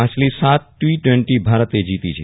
પાછલી સાત T twenty ભારતે જીતી છે